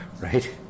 right